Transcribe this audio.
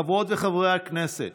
חברות וחברי הכנסת,